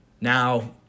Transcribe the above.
now